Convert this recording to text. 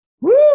Woo